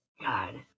God